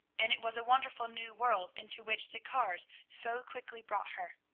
and it was a wonderful new world into which the cars so quickly brought her.